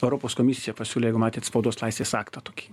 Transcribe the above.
europos komisija pasiūlė jeigu matėt spaudos laisvės aktą tokį